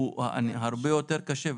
נכון.